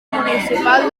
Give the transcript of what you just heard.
municipal